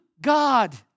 God